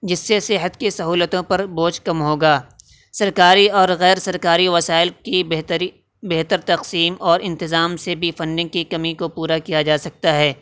جس سے صحت کی سہولتوں پر بوجھ کم ہوگا سرکاری اور غیرسرکاری وسائل کی بہتری بہتر تقسیم اور انتظام سے بھی فنڈنگ کی کمی کو پورا کیا جا سکتا ہے